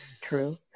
true